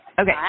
Okay